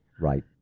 Right